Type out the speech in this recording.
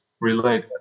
related